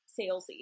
salesy